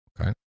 okay